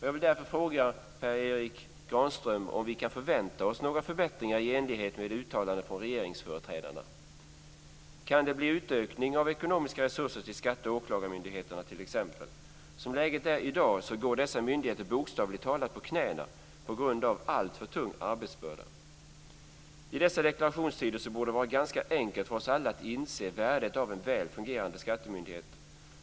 Jag vill därför fråga Per Erik Granström om vi kan förvänta oss några förbättringar i enlighet med uttalanden från regeringsföreträdarna. Kan det bli utökning av ekonomiska resurser till t.ex. skatte och åklagarmyndigheterna? Som läget är i dag går dessa myndigheter bokstavligt talat på knäna på grund av alltför tung arbetsbörda. I dessa deklarationstider borde det vara enkelt för oss alla att inse värdet av en väl fungerande skattemyndighet.